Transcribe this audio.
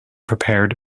prepared